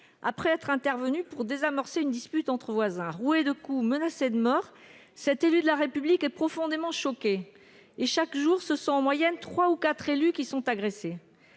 après être intervenu pour désamorcer une dispute entre voisins. Roué de coups, menacé de mort, cet élu de la République est profondément choqué. Chaque jour, en moyenne, trois ou quatre élus sont agressés.